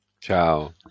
Ciao